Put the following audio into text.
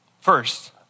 First